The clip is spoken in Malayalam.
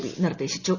ബി നിർദ്ദേശിച്ചു